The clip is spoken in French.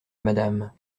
madame